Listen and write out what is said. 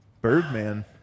Birdman